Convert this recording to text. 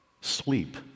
sleep